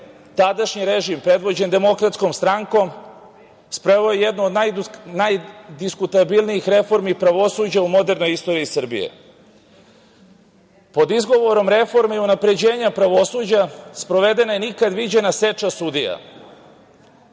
tadašnji režim, predvođen Demokratskom strankom, sproveo jednu od najdiskutabilnijih reformi pravosuđa u modernoj istoriji Srbije. Pod izgovorom reformi unapređenja pravosuđa, sprovedeno je nikad viđena seča sudija,